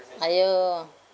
!aiyo!